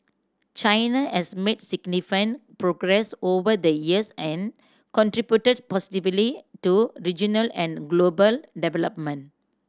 China has made significant progress over the years and contributed positively to regional and global development